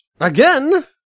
Again